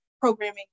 programming